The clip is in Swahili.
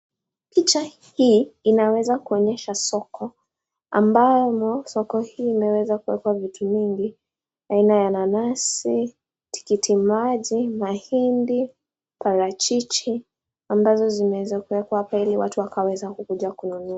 Picha hii inaweza kuonyesha soko ambamo soko hii imeweza kuwekwa vitu mingi . Aina ya nanasi ,tikiti maji, mahindi ,parachichi ,ambazo zimewekwa hapa ili watu wakaweza kukuja kununua.